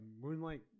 Moonlight